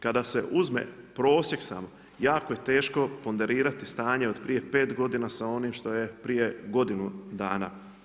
Kada se uzme prosjek samo jako je teško ponderirati stanje od prije pet godina sa onim što je prije godinu dana.